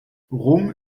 rom